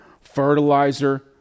fertilizer